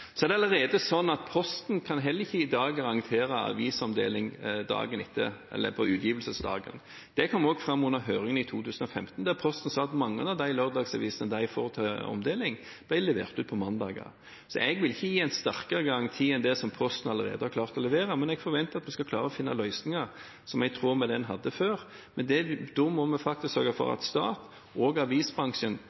Det er allerede sånn at Posten heller ikke i dag kan garantere avisomdeling på utgivelsesdagen. Det kom også fram under høringen i 2015, der Posten sa at mange av lørdagsavisene de får til omdeling, blir levert ut på mandager. Jeg vil ikke gi en sterkere garanti enn den Posten allerede har klart å levere, men jeg forventer at vi skal klare å finne løsninger som er i tråd med det en hadde før. Da må vi faktisk sørge for at staten og avisbransjen